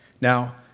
Now